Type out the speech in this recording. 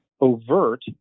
overt